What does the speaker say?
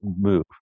move